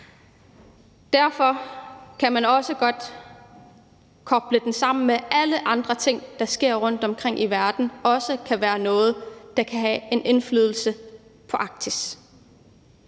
Derfor kan man også godt koble det sammen med alle andre ting, der sker rundtomkring i verden. Det kan også være noget, der har en indflydelse på Arktis.